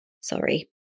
Sorry